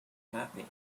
happy